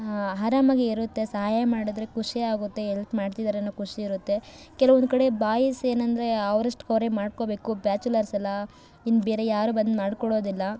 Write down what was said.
ಆರಾಮಾಗೆ ಇರುತ್ತೆ ಸಹಾಯ ಮಾಡಿದ್ರೆ ಖುಷಿಯಾಗುತ್ತೆ ಎಲ್ಪ್ ಮಾಡ್ತಿದ್ದಾರನ್ನೋ ಖುಷಿ ಇರುತ್ತೆ ಕೆಲವೊಂದು ಕಡೆ ಬಾಯಸ್ ಏನಂದರೆ ಅವ್ರಷ್ಟಕ್ಕೆ ಅವರೇ ಮಾಡ್ಕೋಬೇಕು ಬ್ಯಾಚುಲರ್ಸ್ ಅಲ್ವಾ ಇನ್ನು ಬೇರೆ ಯಾರೂ ಬಂದು ಮಾಡಿಕೊಡೋದಿಲ್ಲ